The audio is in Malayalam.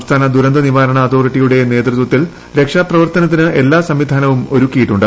സംസ്ഥാന ദുരന്ത നിവാരണ അതോറിറ്റിയുടെ നേതൃത്വത്തിൽ രക്ഷാപ്രവർത്തനത്തിന് എല്ലാ സംവിധാനവും ഒരുക്കിയിട്ടുണ്ട്